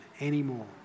anymore